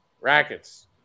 Rackets